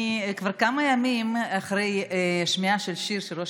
אני כבר כמה ימים אחרי שמיעה של השיר שראש